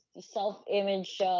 self-image